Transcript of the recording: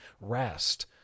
rest